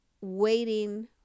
waiting